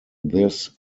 this